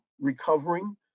recovering